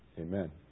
Amen